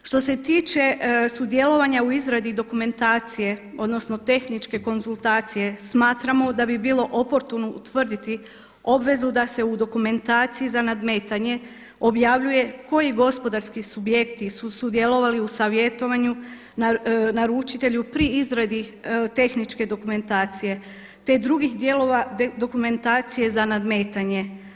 Što se tiče sudjelovanja u izradi dokumentacije, odnosno tehničke konzultacije smatramo da bi bilo oportuno utvrditi obvezu da se u dokumentaciji za nadmetanje objavljuje koji gospodarski subjekti su sudjelovali u savjetovanju, naručitelju pri izradi tehničke dokumentacije, te drugih dijelova dokumentacije za nadmetanje.